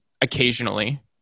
occasionally